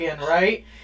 right